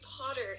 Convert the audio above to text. Potter